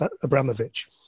Abramovich